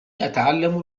أتعلم